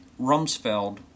Rumsfeld